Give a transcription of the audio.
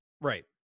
Right